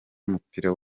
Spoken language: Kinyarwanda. w’umupira